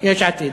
מיש עתיד.